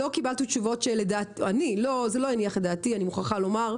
זה לא הניח את דעתי, אני מוכרחה לומר,